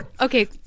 Okay